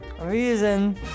Reason